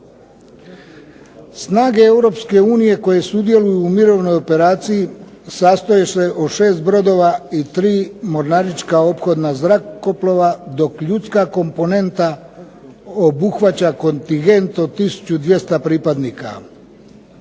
Snage Europske unije koje sudjeluju u mirovnoj operaciji sastoje se od 6 brodova i tri mornarička ophodna zrakoplova dok ljudska komponenta obuhvaća kontingent od 1200 pripadnika.